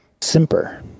Simper